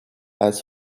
ice